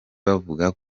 bavuga